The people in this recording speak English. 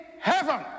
heaven